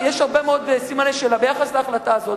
יש הרבה מאוד סימני שאלה ביחס להחלטה הזאת,